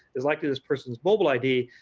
is likely this person's mobile id,